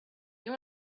you